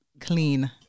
Clean